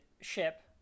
ship